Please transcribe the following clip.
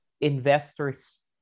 investors